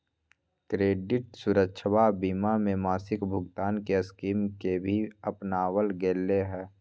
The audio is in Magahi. क्रेडित सुरक्षवा बीमा में मासिक भुगतान के स्कीम के भी अपनावल गैले है